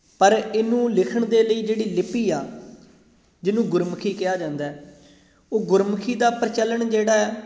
ਪਰ ਇਹਨੂੰ ਲਿਖਣ ਦੇ ਲਈ ਜਿਹੜੀ ਲਿਪੀ ਆ ਜਿਹਨੂੰ ਗੁਰਮੁਖੀ ਕਿਹਾ ਜਾਂਦਾ ਉਹ ਗੁਰਮੁਖੀ ਦਾ ਪ੍ਰਚਲਨ ਜਿਹੜਾ